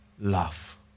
love